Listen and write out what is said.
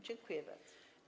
Dziękuję bardzo.